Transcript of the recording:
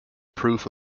proof